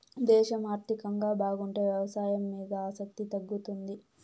దేశం ఆర్థికంగా బాగుంటే వ్యవసాయం మీద ఆసక్తి తగ్గుతుంది